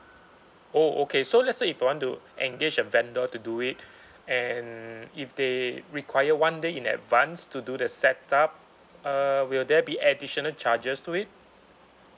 oh okay so let's say if I want to engage a vendor to do it and if they require one day in advance to do the set up uh will there be additional charges to it